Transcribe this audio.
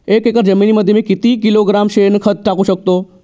एक एकर जमिनीमध्ये मी किती किलोग्रॅम शेणखत टाकू शकतो?